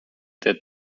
that